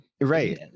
Right